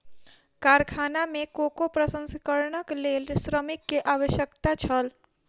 कारखाना में कोको प्रसंस्करणक लेल श्रमिक के आवश्यकता छल